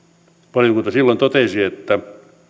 valiokunta silloin totesi että